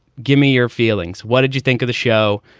give me your feelings. what did you think of the show?